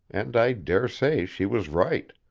and i dare say she was right.